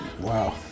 Wow